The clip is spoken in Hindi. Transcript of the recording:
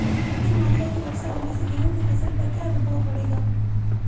अधिक मात्रा की वर्षा होने से गेहूँ की फसल पर क्या प्रभाव पड़ेगा?